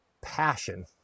passion